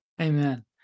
Amen